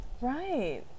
right